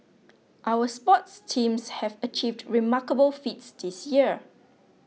our sports teams have achieved remarkable feats this year